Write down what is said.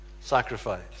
sacrifice